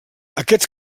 aquest